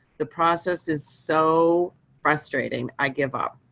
the process is so frustrating i give up.